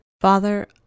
Father